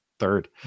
third